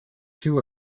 two